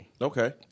Okay